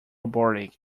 robotic